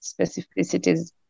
specificities